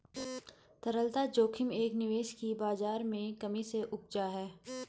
तरलता जोखिम एक निवेश की बाज़ार में कमी से उपजा है